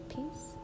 peace